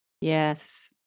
Yes